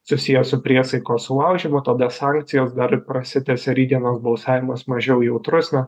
susiję su priesaikos sulaužymu todė sankcijos dar prasitęsia rytdienos balsavimas mažiau jautrus na